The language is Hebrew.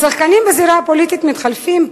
השחקנים בזירה הפוליטית מתחלפים,